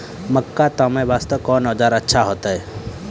मक्का तामे वास्ते कोंन औजार अच्छा होइतै?